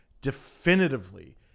definitively